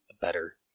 better